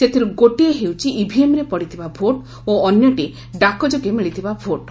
ସେଥିରୁ ଗୋଟିଏ ହେଉଛି ଇଭିଏମ୍ରେ ପଡିଥିବା ଭୋଟ୍ ଓ ଅନ୍ୟଟି ଡାକଯୋଗେ ମିଳିଥିବା ଭୋଟ୍